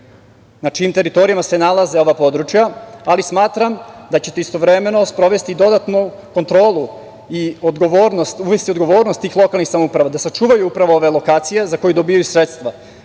na čijim teritorijama se nalaze ova područja, ali smatram da ćete istovremeno sprovesti dodatnu kontrolu i uvesti odgovornost tih lokalnih samouprava da sačuvaju upravo ove lokacije za koje dobijaju sredstva,